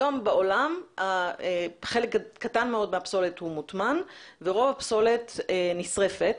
היום בעולם חלק קטן מאוד מהפסולת מוטמן ורוב הפסולת נשרפת